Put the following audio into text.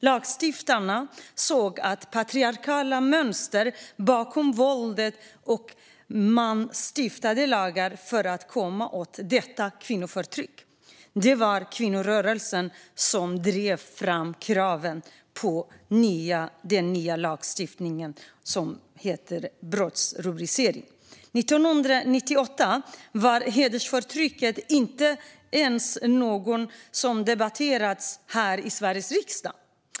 Lagstiftarna såg patriarkala mönster bakom våldet, och man stiftade lagar för att komma åt detta kvinnoförtryck. Det var kvinnorörelsen som drev fram kraven på lagstiftningen med den nya brottsrubriceringen. År 1998 var hedersförtrycket inte ens något som debatterades här i Sveriges riksdag.